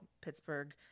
Pittsburgh